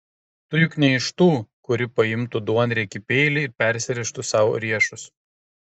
tu juk ne iš tų kuri paimtų duonriekį peilį ir persirėžtų sau riešus